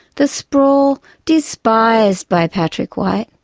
the sprawl despised by patrick white,